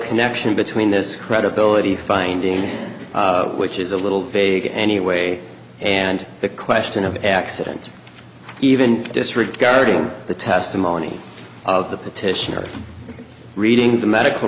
connection between this credibility finding which is a little fake anyway and the question of accident even disregarding the testimony of the petitioner reading the medical